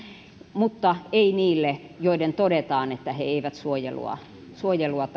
mutta ei niille joista todetaan että he eivät suojelua suojelua